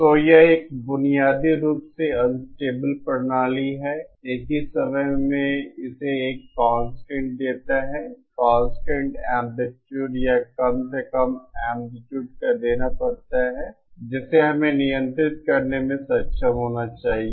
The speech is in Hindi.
तो यह एक बुनियादी रूप से अनस्टेबल प्रणाली है एक ही समय में इसे एक कांस्टेंट देता है इसे कांस्टेंट एंप्लीट्यूड या कम से कम एंप्लीट्यूड का देना पड़ता है जिसे हमें नियंत्रित करने में सक्षम होना चाहिए